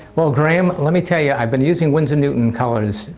well, graeme, let me tell you, i've been using winsor newton colours,